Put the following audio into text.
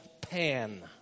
Pan